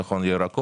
זה נכון לירקות,